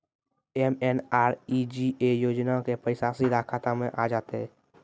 MNREGA योजना के पैसा सीधा खाता मे आ जाते?